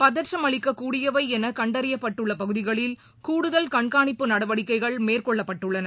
பதற்றமளிக்ககூடியவை என கண்டறியப்பட்டுள்ள பகுதிகளில் கூடுதல் கண்காணிப்பு நடவடிக்கைகள் மேற்கொள்ளப்பட்டுள்ளன